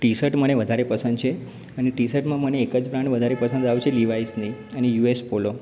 T shirt મને વધારે પસંદ છે અને ટી શર્ટમાં મને એક જ બ્રાન્ડ વધારે પસંદ આવે છે લીવાઇસની અને યુએસ પોલો